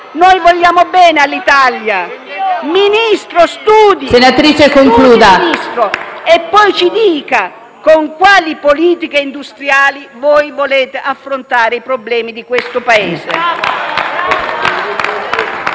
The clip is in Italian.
Noi vogliamo bene all'Italia. Ministro, studi e poi ci dica con quali politiche industriali voi volete affrontare i problemi del Paese.